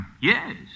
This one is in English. Yes